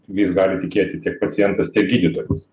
jais gali tikėti tiek pacientas tiek gydytojas